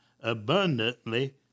abundantly